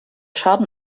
schaden